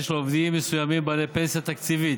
של עובדים מסוימים בעלי פנסיה תקציבית.